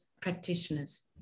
practitioners